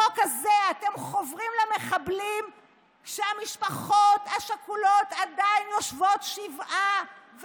בחוק הזה אתם חוברים למחבלים כשהמשפחות השכולות עדיין יושבות שבעה,